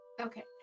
okay